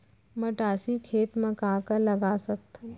मटासी खेत म का का लगा सकथन?